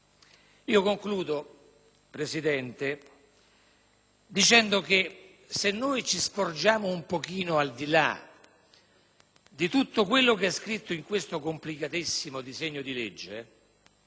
concludo dicendo che se ci sporgessimo un po' al di là di tutto quello che è scritto in questo complicatissimo disegno di legge